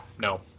No